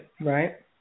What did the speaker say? right